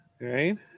Right